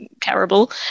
terrible